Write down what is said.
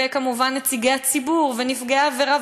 וכמובן נציגי הציבור ונפגעי העבירה,